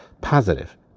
positive